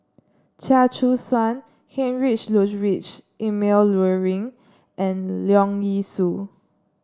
Chia Choo Suan Heinrich Ludwig Emil Luering and Leong Yee Soo